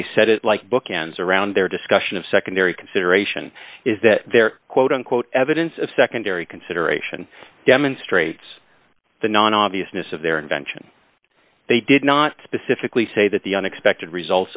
they said it like bookends around their discussion of secondary consideration is that their quote unquote evidence of secondary consideration demonstrates the non obviousness of their invention they did not specifically say that the unexpected result